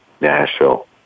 Nashville